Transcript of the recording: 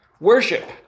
worship